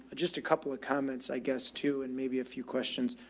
just a couple of comments i guess too, and maybe a few questions.